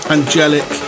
Angelic